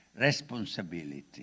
responsibility